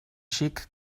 xic